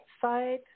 side